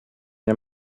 nie